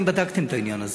האם בדקתם את העניין הזה?